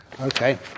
Okay